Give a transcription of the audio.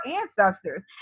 ancestors